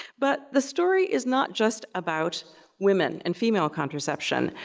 but, the story is not just about women and female contraception.